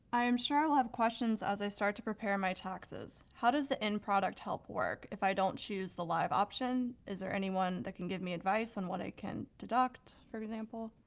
i am sure i'll have questions as i start to prepare my taxes. how does the in-product help work? if i don't choose the live option, is there anyone that can give me advice on what i can deduct, for example?